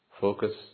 focus